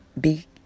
big